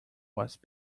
was